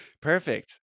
Perfect